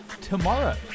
tomorrow